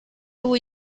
two